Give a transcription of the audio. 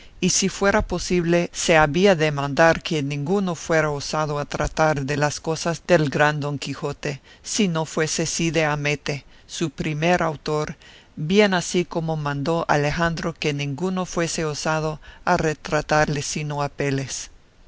y si fuera posible se había de mandar que ninguno fuera osado a tratar de las cosas del gran don quijote si no fuese cide hamete su primer autor bien así como mandó alejandro que ninguno fuese osado a retratarle sino apeles